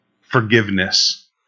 forgiveness